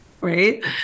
right